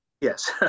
Yes